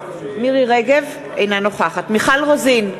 אינה נוכחת מיכל רוזין,